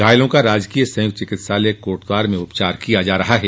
घायलों का राजकीय संयुक्त चिकित्सालय कोटद्वार में उपचार किया जा रहा है